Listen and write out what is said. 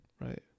Right